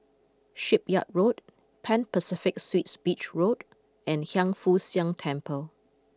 Shipyard Road Pan Pacific Suites Beach Road and Hiang Foo Siang Temple